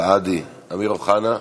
סעדי, אמיר אוחנה,